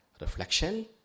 reflection